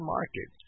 Market